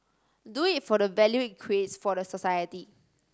do it for the value it creates for society